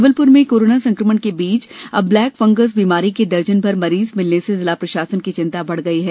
जबलप्र में कोरोना संक्रमण के बीच अब ब्लैक फंगस बीमारी के दर्जन भर मरीज मिलने से जिला प्रशासन की चिंता बढ़ गयी है